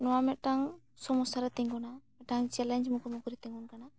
ᱱᱚᱣᱟ ᱢᱤᱫᱴᱟᱝ ᱥᱚᱢᱚᱥᱥᱟ ᱨᱮ ᱛᱤᱜᱩᱱᱟ ᱢᱤᱫᱴᱟᱝ ᱪᱮᱞᱮᱸᱡᱽ ᱢᱩᱠᱷᱚ ᱢᱩᱠᱷᱤᱨᱮ ᱛᱤᱜᱩᱱ ᱠᱟᱱᱟ